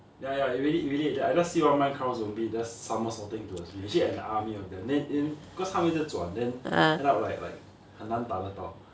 ya ya it really it really I just see one minecraft zombie just somersaulting towards me actually an army of them then then because 他们一直转 then end up like like 很难打的到